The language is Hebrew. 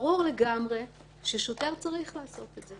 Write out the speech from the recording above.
ברור לגמרי ששוטר צריך לעשות את זה